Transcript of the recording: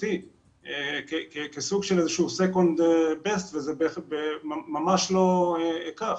הקבוצתי כסוג של second best, וזה ממש לא כך.